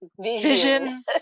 vision